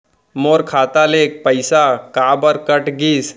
मोर खाता ले पइसा काबर कट गिस?